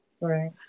Right